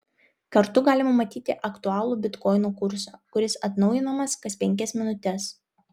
kartu galima matyti aktualų bitkoino kursą kuris atnaujinamas kas penkias minutes